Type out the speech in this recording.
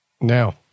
now